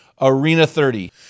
ARENA30